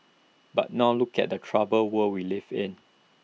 but now look at the troubled world we live in